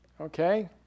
Okay